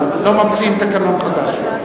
אבל לא ממציאים תקנון חדש.